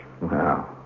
Wow